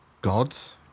gods